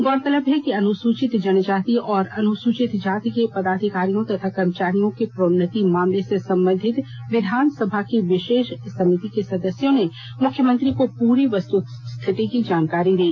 गौरतलब है कि अनुसूचित जनजाति और अनुसूचित जाति के पदाधिकारियों तथा कर्मचारियों के प्रोन्नति मामले से संबंधित विधानसभा की विशेष समिति के सदस्यों ने मुख्यमंत्री को पूरी वस्तुस्थिति की जानकारी दी